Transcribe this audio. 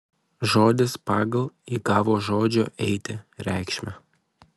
žodis pagal įgavo žodžio eiti reikšmę